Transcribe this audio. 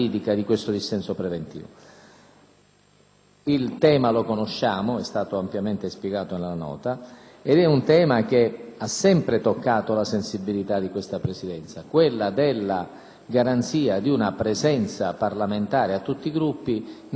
Il tema lo conosciamo, è stato ampiamente spiegato nella nota, e ha sempre toccato la sensibilità di questa Presidenza: la garanzia di una presenza parlamentare di tutti i Gruppi negli organi interni di funzionamento del Senato.